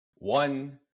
One